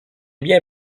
bien